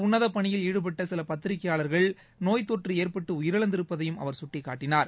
உன்னத பணியில் ஈடுபட்ட சில பத்தரிகையளர்கள் நோய்த் தொற்று ஏற்பட்டு இந்த உயிரிழந்திருப்பதையும் அவர் சுட்டிக் காட்டினார்